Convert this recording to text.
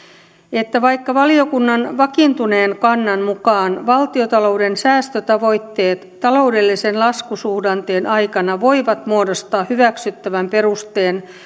että vaikka valiokunnan vakiintuneen kannan mukaan valtiontalouden säästötavoitteet taloudellisen laskusuhdanteen aikana voivat muodostaa hyväksyttävän perusteen